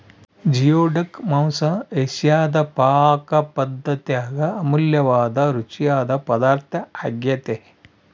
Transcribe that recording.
geoduck ಮಾಂಸ ಏಷಿಯಾದ ಪಾಕಪದ್ದತ್ಯಾಗ ಅಮೂಲ್ಯವಾದ ರುಚಿಯಾದ ಪದಾರ್ಥ ಆಗ್ಯೆತೆ